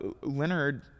Leonard